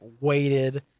weighted